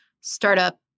startup